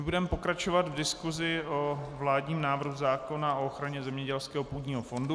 Budeme pokračovat v diskusi o vládním návrhu zákona o ochraně zemědělského půdního fondu.